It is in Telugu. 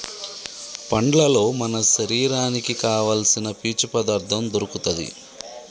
పండ్లల్లో మన శరీరానికి కావాల్సిన పీచు పదార్ధం దొరుకుతది